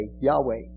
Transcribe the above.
Yahweh